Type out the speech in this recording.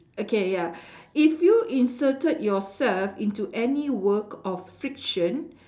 okay ya if you inserted yourself into any work of fiction